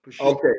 Okay